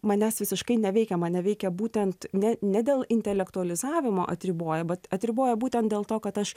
manęs visiškai neveikia mane veikia būtent ne ne dėl intelektualizavimo atriboja vat atriboja būtent dėl to kad aš